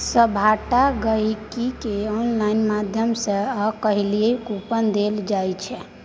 सभटा गहिंकीकेँ आनलाइन माध्यम सँ आय काल्हि कूपन देल जाइत छै